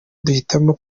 duhitamo